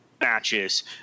matches